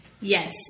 Yes